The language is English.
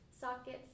sockets